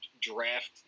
draft